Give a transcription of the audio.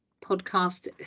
podcast